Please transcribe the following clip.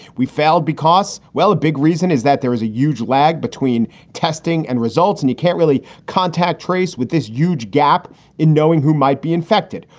we failed because well, a big reason is that there is a huge lag between testing and results. and you can't really contact trace with this huge gap in knowing who might be infected.